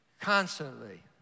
Constantly